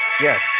Yes